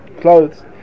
clothes